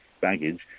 baggage